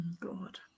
God